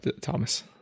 Thomas